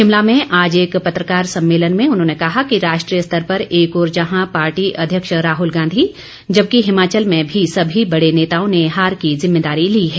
शिमला में आज एक पत्रकार सम्मेलन में आज उन्होंने कहा कि राष्ट्रीय स्तर पर एक ओर जहां पार्टी अध्यक्ष राहल गांधी जबकि हिमाचल में भी सभी बड़े नेताओं ने हार की जिम्मेदारी ली है